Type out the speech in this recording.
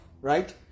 right